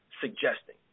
suggesting